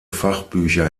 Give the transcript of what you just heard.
fachbücher